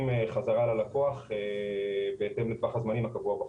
חזרה ללקוח בהתאם לטווח הזמנים הקבוע בחוק.